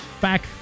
back